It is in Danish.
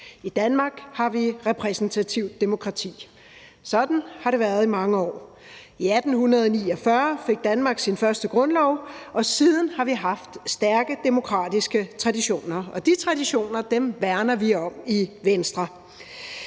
I Danmark har vi repræsentativt demokrati. Sådan har det været i mange år. I 1849 fik Danmark sin første grundlov, og siden har vi haft stærke demokratiske traditioner, og de traditioner værner vi om i Venstre.